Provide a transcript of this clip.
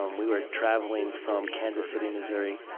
um we were traveling from kansas city, missouri,